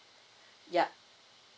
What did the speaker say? yup